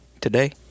today